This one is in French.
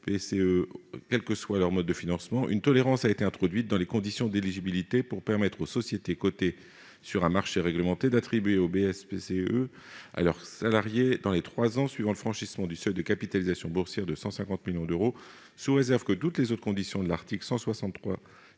quel que soit leur mode de financement, une tolérance a été introduite dans les conditions d'éligibilité : il est permis aux sociétés cotées sur un marché réglementé d'attribuer des BSPCE à leurs salariés, dans les trois ans suivant le franchissement du seuil de capitalisation boursière de 150 millions d'euros, sous réserve que toutes les autres conditions de l'article 163